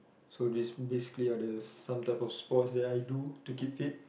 so this this three are the some type of sports that I do to keep fit